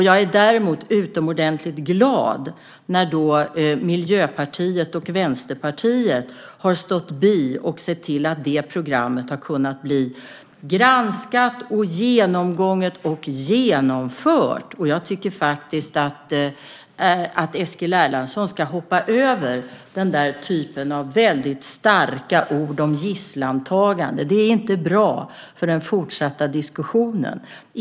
Jag är däremot utomordentligt glad att Miljöpartiet och Vänsterpartiet har stått bi och sett till att programmet har blivit granskat, genomgånget och genomfört. Jag tycker att Eskil Erlandsson ska hoppa över den typen av starka ord om gisslantagande. Det är inte bra för den fortsatta diskussionen.